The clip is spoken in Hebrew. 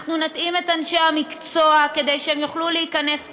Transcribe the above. אנחנו נתאים את אנשי המקצוע כדי שהם יוכלו להיכנס פנימה,